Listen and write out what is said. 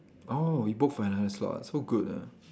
oh you book for another slot ah so good ah